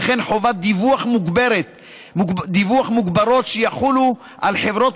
וכן חובות דיווח מוגברות שיחולו על חברות